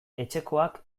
etxekoak